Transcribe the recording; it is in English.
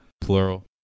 plural